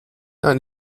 eine